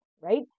Right